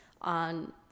on